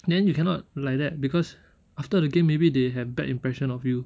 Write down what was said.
then you cannot like that because after the game maybe they have bad impression of you